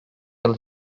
yıl